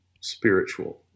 spiritual